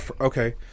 Okay